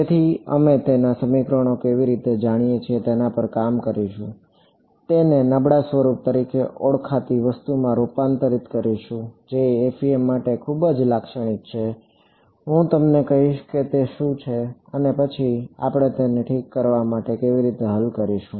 તેથી અમે તમને સમીકરણો કેવી રીતે જાણીએ છીએ તેના પર કામ કરીશું તેને નબળા સ્વરૂપ તરીકે ઓળખાતી વસ્તુમાં રૂપાંતરિત કરીશું જે FEM માટે ખૂબ જ લાક્ષણિક છે હું તમને કહીશ કે તે શું છે અને પછી આપણે તેને ઠીક કેવી રીતે હલ કરીશું